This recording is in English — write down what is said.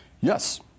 Yes